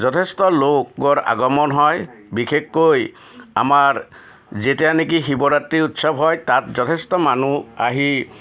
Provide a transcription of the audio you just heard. যথেষ্ট লোকৰ আগমন হয় বিশেষকৈ আমাৰ যেতিয়া নেকি শিৱৰাত্ৰি উৎসৱ হয় তাত যথেষ্ট মানুহ আহি